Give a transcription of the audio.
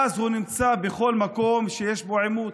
מאז הוא נמצא בכל מקום שיש בו עימות,